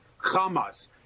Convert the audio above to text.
Hamas